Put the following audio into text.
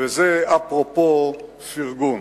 וזה אפרופו פרגון.